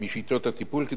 כדי לקבל הסכמה.